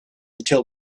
until